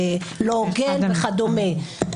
לא הוגן וכדומה.